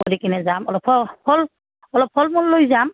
কৰি কিনে যাম অলপ ফ ফল অলপ ফল মূল লৈ যাম